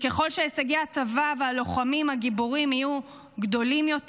ככל שהישגי הצבא והלוחמים הגיבורים יהיו גדולים יותר,